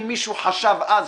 אם מישהו חשב אז,